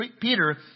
Peter